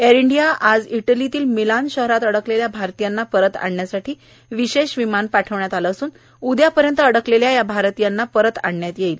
air India आज इटलीतल्या Milan शहरात अडकलेल्या भारतीयांना परत आणण्यासाठी विशेष विमान पाठवण्यात आलं असून उद्यापर्यंत अडकलेल्या या भारतीयांना परत आणण्यात येणार आहे